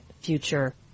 future